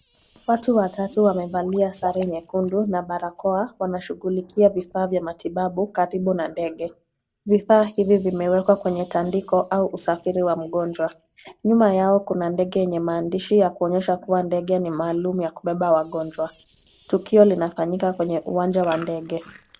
Watu watatu wamevalia sare nyekundu na barakoa wanashughulikia vifaa vya matibabu karibu na ndege. Vifaa hivi vimewekwa kwenye tandiko au usafiri wa mgonjwa. Nyuma yao kuna ndege yenye maandishi ya kuonyesha kuwa ndege ni maalum ya kubeba wagonjwa. Tukio linafanyika kwenye uwanja wa ndege.